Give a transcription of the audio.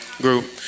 group